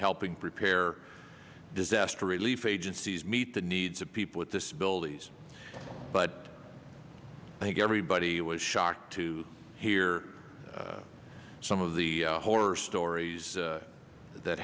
helping prepare disaster relief agencies meet the needs of people with disabilities but i think everybody was shocked to hear some of the horror stories that